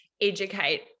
educate